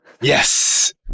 Yes